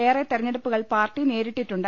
ഏറെ തെരഞ്ഞെടുപ്പൂക്ൾ പാർട്ടി നേരിട്ടിട്ടുണ്ട്